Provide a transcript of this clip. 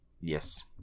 Yes